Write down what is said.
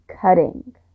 cutting